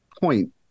point